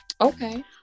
Okay